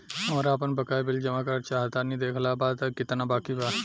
हमरा आपन बाकया बिल जमा करल चाह तनि देखऽ के बा ताई केतना बाकि बा?